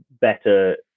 better